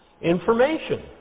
information